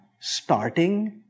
starting